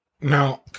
Now